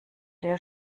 der